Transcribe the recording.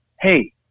Hey